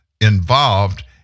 involved